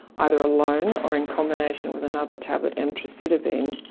either alone or in combination with another tablet, emtricitabine,